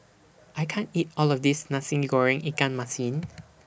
I can't eat All of This Nasi Goreng Ikan Masin